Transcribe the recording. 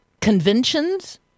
conventions